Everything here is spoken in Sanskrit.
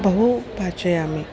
बहु पाचयामि